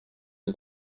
den